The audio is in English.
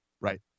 Right